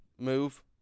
move